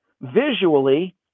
visually